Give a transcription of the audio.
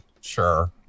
Sure